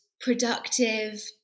productive